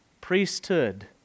priesthood